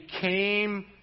came